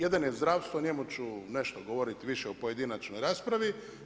Jedan je zdravstvo, o njemu ću nešto govoriti više u pojedinačnoj raspravi.